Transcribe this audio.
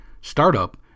startup